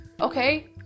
okay